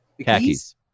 Khakis